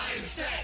Mindset